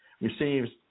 receives